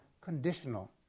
conditional